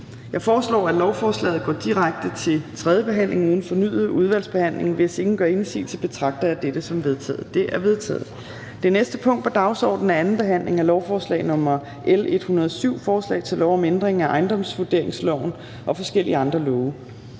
Jeg foreslår, at lovforslaget går direkte til tredje behandling uden fornyet udvalgsbehandling. Hvis ingen gør indsigelse, betragter jeg dette som vedtaget. Det er vedtaget. --- Det næste punkt på dagsordenen er: 20) 2. behandling af lovforslag nr. L 107: Forslag til lov om ændring af ejendomsvurderingsloven og forskellige andre love.